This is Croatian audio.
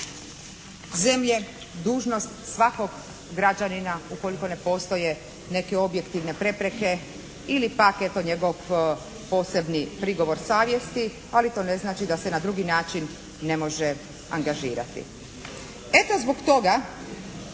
zemlje dužnost svakog građanina ukoliko ne postoje neke objektivne prepreke ili pak eto njegov posebni prigovor savjesti, ali to ne znači da se na drugi način ne može angažirati. Eto zbog toga